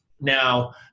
Now